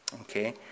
Okay